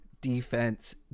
defense